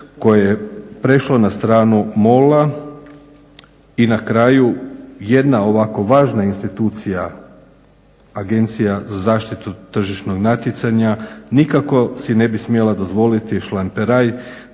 koja je prešla na stranu MOL-a i na kraju jedna ovako važna institucija Agencija za zaštitu tržišnog natjecanja nikako si ne bi smjela dozvoliti šlamperaj